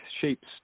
shapes